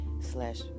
slash